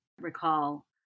recall